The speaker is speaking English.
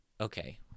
okay